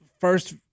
First